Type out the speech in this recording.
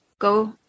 go